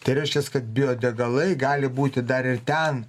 tai reiškias kad biodegalai gali būti dar ir ten